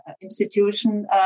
institution